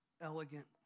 elegant